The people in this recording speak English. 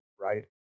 right